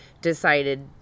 decided